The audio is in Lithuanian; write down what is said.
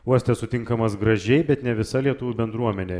uoste sutinkamas gražiai bet ne visa lietuvių bendruomenė